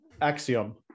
axiom